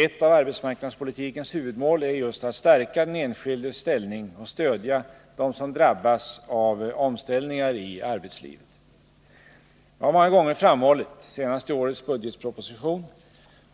Ett av arbetsmarknadspolitikens huvudmål är just att stärka den enskildes ställning och att stödja dem som drabbas av omställningar i arbetslivet. Jag har många gånger framhållit, senast i årets budgetproposition,